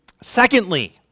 Secondly